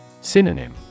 Synonym